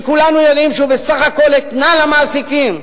שכולנו יודעים שהוא בסך הכול אתנן למעסיקים,